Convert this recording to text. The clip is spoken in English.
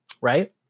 Right